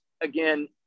again